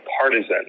partisan